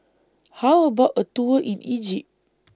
How about A Tour in Egypt